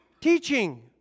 teaching